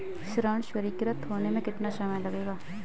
ऋण स्वीकृत होने में कितना समय लगेगा?